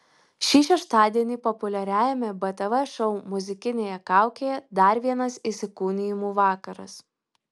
šį šeštadienį populiariajame btv šou muzikinėje kaukėje dar vienas įsikūnijimų vakaras